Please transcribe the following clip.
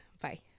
Bye